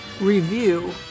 review